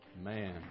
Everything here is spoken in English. Man